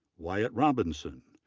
wyatt robinson,